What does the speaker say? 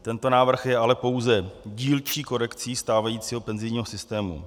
Tento návrh je ale pouze dílčí korekcí stávajícího penzijního systému.